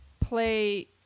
play